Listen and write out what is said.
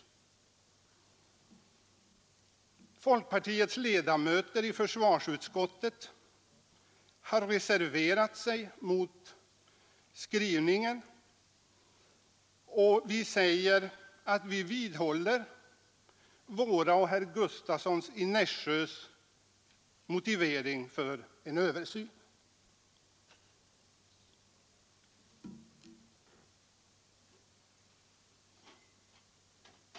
Folkpartiets ledamöter i försvarsutskottet har reserverat sig mot utskottets skrivning. Vi säger att vi vidhåller vår och herr Gustavssons i Nässjö motivering för en översyn.